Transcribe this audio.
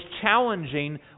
challenging